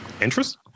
Interest